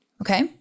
Okay